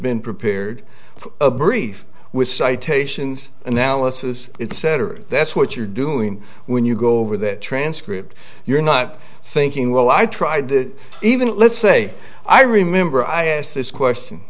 been prepared for a brief with citations analysis it's saturday that's what you're doing when you go over that transcript you're not thinking well i tried to even let's say i remember i asked this question